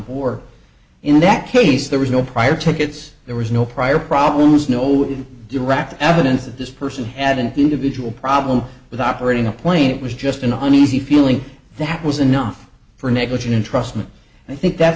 board in that case there was no prior tickets there was no prior problems no direct evidence that this person had an individual problem with operating a plane it was just an uneasy feeling that was enough for negligent entrustment i think that